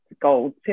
gold